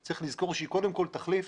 צריך לזכור שהיא קודם כל תחליף